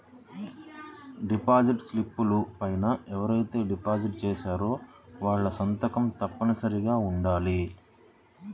deposit స్లిపుల పైన ఎవరైతే డిపాజిట్ చేశారో వాళ్ళ సంతకం తప్పనిసరిగా ఉండాలి